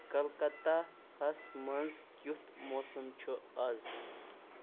کلکَتہ ہس منٛز کِیُتھ موسم چھُ آز ؟